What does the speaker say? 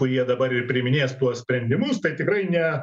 kurie dabar ir priiminės tuos sprendimus tai tikrai ne